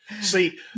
See